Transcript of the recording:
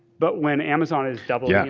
but when amazon has doubled yeah and